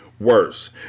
Worse